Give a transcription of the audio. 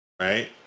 right